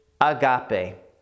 agape